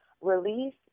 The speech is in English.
release